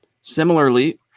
similarly